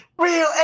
real